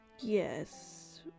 yes